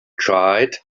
tried